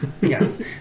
Yes